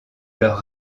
leur